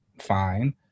fine